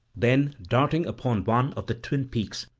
then darting upon one of the twin peaks,